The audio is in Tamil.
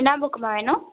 என்ன புக்குமா வேணும்